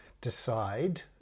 decide